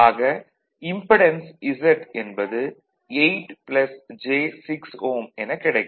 ஆக impedance Z என்பது 8 j 6 Ω எனக் கிடைக்கும்